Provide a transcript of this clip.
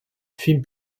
film